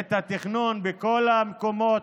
את התכנון בכל המקומות,